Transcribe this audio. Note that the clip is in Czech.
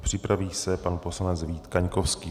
Připraví se pan poslanec Vít Kaňkovský.